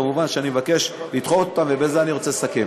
כמובן, אני מבקש לדחות אותן, ובזה אני רוצה לסכם,